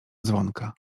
dzwonka